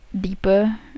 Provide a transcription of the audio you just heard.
deeper